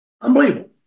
Unbelievable